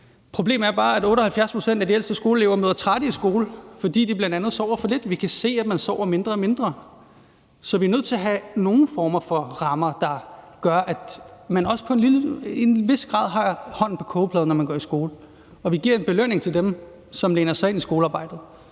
Problemet er bare, at 78 pct. af de ældste skoleelever møder trætte i skole, fordi de bl.a. sover for lidt. Vi kan se, at man sover mindre og mindre. Så vi er nødt til at have nogle former for rammer, der gør, at man også til en vis grad har hånden på kogepladen, når man går i skole, og at vi giver en belønning til dem, som læner sig ind i skolearbejdet.